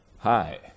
Hi